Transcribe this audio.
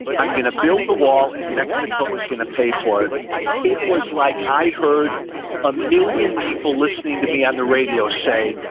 i'm going to build the wall and mexico was going to pay for it, it was like i heard a million people listening to me on the radio say,